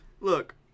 Look